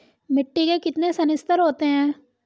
मिट्टी के कितने संस्तर होते हैं?